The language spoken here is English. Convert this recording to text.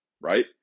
right